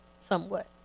Somewhat